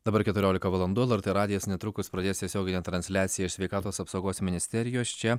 dabar keturiolika valandų lrt radijas netrukus pradės tiesioginę transliaciją iš sveikatos apsaugos ministerijos čia